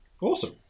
Awesome